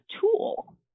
tool